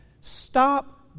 Stop